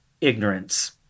ignorance